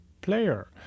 player